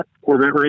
Corvette